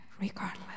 regardless